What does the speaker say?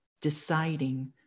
deciding